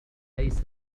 ليس